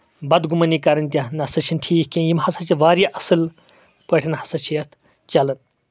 بَدگُمٲنی کَرٕنۍ نَہ سا چھےٚ ٹھیٖک کیٚنٛہہ یِم ہسا چھِ واریاہ اَصٕل پٲٹھۍ ہسا چھِ یَتھ چلان